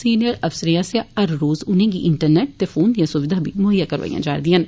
senior अफसरें आस्सेआ हर रोज उनेंगी इंटरनेट ते फोन दियां सुविघां बी मुहैया करोआइयां जा रदियां न